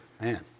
Man